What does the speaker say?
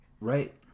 right